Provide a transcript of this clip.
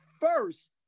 first